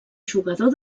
jugador